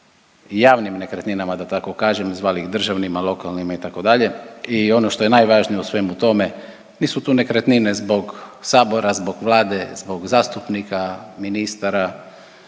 javnim nekretninama, da tako kažem, zvali ih državnima, lokalnima, itd. i ono što je najvažnije u svemu tome, nisu tu nekretnine zbog Sabora, zbog Vlade, zbog zastupnika, ministara,